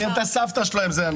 זה מעניין אתה סבתא שלהן.